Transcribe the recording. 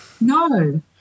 No